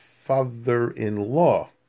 father-in-law